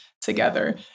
together